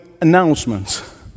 announcements